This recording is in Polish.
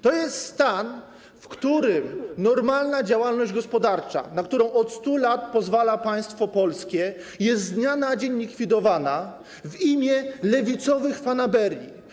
To jest stan, w którym normalna działalność gospodarcza, na którą od 100 lat pozwala państwo polskie, jest z dnia na dzień likwidowana w imię lewicowych fanaberii.